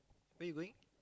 where you going